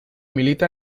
milita